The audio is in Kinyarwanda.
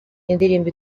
indirimbo